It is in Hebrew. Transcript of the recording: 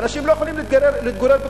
אנשים לא יכולים להתגורר בתוכניות,